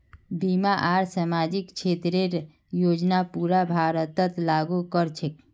बीमा आर सामाजिक क्षेतरेर योजना पूरा भारतत लागू क र छेक